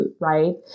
right